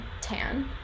tan